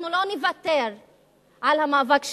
אנחנו לא נוותר על המאבק שלנו.